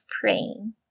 praying